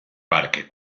parque